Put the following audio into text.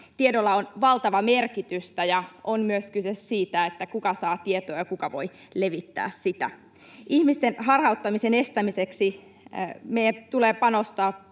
Tiedolla on valtava merkitys, ja on myös kyse siitä, kuka saa tietoa ja kuka voi levittää sitä. Ihmisten harhauttamisen estämiseksi meidän tulee panostaa